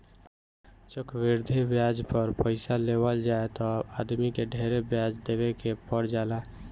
चक्रवृद्धि ब्याज पर पइसा लेवल जाए त आदमी के ढेरे ब्याज देवे के पर जाला